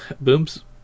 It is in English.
Booms